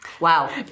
Wow